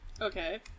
Okay